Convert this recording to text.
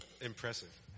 Impressive